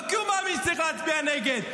לא כי הוא מאמין שצריך להצביע נגד,